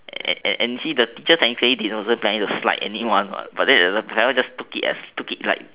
and see the teacher actually they don't plan to slight anyone what but then the parent just took it like